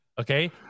okay